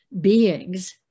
beings